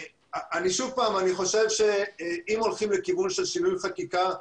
שוב, אני חושב שאם הולכים לכיוון של שינוי חקיקה,